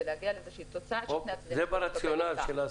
להגיע לאיזושהי תוצאה ששני הצדדים יוכלו לקבל אותה.